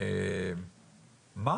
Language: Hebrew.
מה